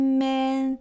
man